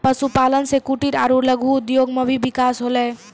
पशुपालन से कुटिर आरु लघु उद्योग मे भी बिकास होलै